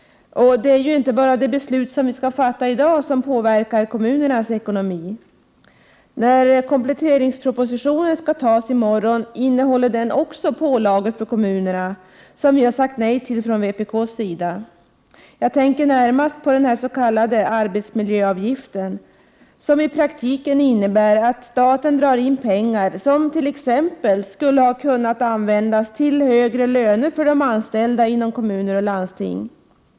Det är dock inte bara dagens beslut som påverkar kommunernas ekonomi. Även kompletteringspropositionen, som vi skall fatta beslut om i morgon, innehåller förslag till pålagor för kommunerna. Men dessa har vi i vpk sagt nej till. Jag tänker närmast på den s.k. arbetsmiljöavgiften, som i praktiken innebär att staten drar in pengar som t.ex. skulle ha kunnat användas till högre löner för de anställda inom kommuner och landsting.